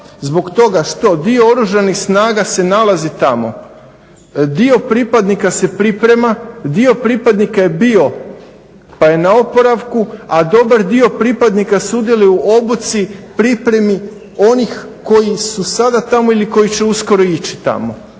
zbog toga što dio Oružanih snaga se nalazi tamo, dio pripadnika se priprema, dio pripadnika je bio pa je na oporavku, a dobar dio pripadnika sudjeluje u obuci, pripremi onih koji su sada tamo ili koji će uskoro ići tamo.